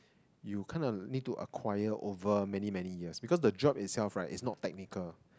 you kind of need to acquire over many many years because the job itself right is not technical